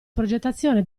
progettazione